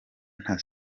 nta